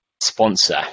sponsor